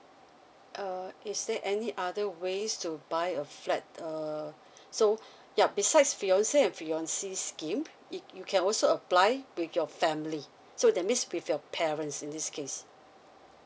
uh is there any other ways to buy a flat err so yup besides fiancé and fiancée scheme it you can also apply with your family so that means with your parents in this case